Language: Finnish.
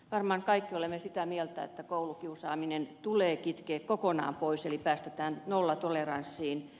varmaan kaikki olemme sitä mieltä että koulukiusaaminen tulee kitkeä kokonaan pois ja päästä nollatoleranssiin